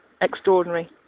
extraordinary